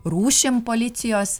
rūšim policijos